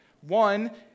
One